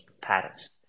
Paris